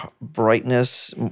brightness